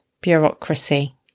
bureaucracy